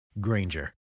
Granger